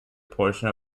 portion